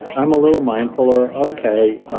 i'm a little mindful, or, okay,